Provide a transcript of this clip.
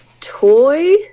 toy